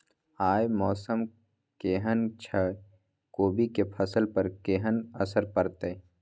आय मौसम केहन छै कोबी के फसल पर केहन असर परतै?